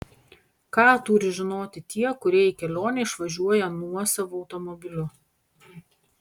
ką turi žinoti tie kurie į kelionę išvažiuoja nuosavu automobiliu